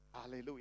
Hallelujah